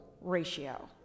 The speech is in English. ratio